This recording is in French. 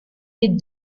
des